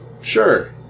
Sure